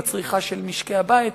בצריכה של משקי הבית,